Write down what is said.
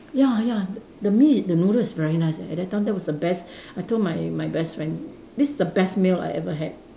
ya ya the the meat the noodles is very nice at that time that was the best I told my my best friend this is the best meal I ever had